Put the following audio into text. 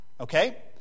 okay